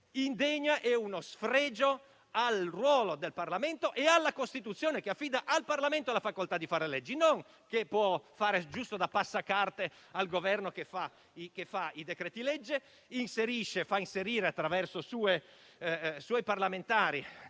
ripeto, è uno sfregio al ruolo del Parlamento e alla Costituzione che affida al Parlamento il compito di fare leggi e non di fare giusto da passacarte al Governo che adotta i decreti-legge e fa inserire poi da suoi parlamentari